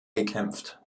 gekämpft